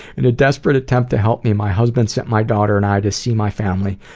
in a desperate attempt to help me, my husband sent my daughter and i to see my family,